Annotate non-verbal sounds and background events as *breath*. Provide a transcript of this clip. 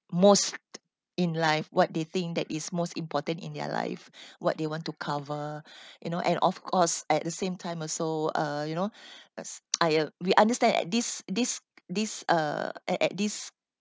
most in life what they think that is most important in their life what they want to cover *breath* you know and of course at the same time also uh you know *breath* *noise* I we understand at this this this uh at at this